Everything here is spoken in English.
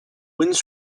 winds